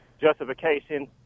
justification